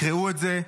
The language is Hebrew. תקרעו את זה,